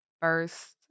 first